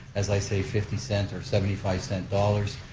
as i say, fifty cent or seventy five cent dollars,